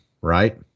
Right